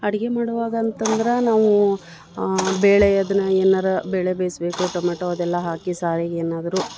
ಅಡ್ಗೆ ಮಾಡುವಾಗ ಅಂತಂದ್ರೆ ನಾವೂ ಬೇಳೆ ಅದನ್ನು ಏನಾರ ಬೇಳೆ ಬೇಯಿಸ್ಬೇಕು ಟೊಮೆಟೊ ಅದೆಲ್ಲ ಹಾಕಿ ಸಾರಿಗೆ ಏನಾದ್ರೂ